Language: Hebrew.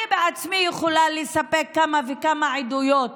אני בעצמי יכולה לספק כמה וכמה עדויות